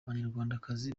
abanyarwandakazi